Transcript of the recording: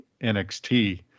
NXT